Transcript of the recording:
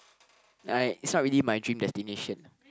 like it's not really my dream destination